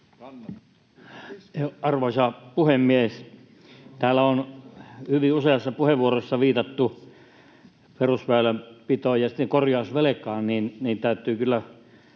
Arvoisa puhemies! Kun täällä on hyvin useassa puheenvuorossa viitattu perusväylänpitoon ja sitten korjausvelkaan, niin täytyy kyllä